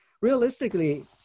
realistically